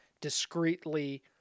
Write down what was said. discreetly